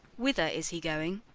whither is he going?